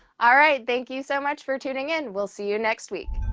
alright, thank you so much for tuning in. we'll see you next week.